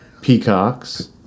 Peacocks